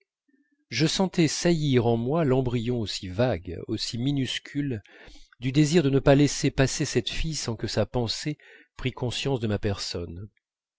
je sentais saillir en moi l'embryon aussi vague aussi minuscule du désir de ne pas laisser passer cette fille sans que sa pensée prît conscience de ma personne